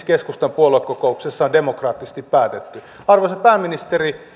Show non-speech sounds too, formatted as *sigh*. *unintelligible* keskustan puoluekokouksessa on demokraattisesti päätetty arvoisa pääministeri